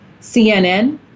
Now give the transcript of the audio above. CNN